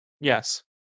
Yes